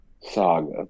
saga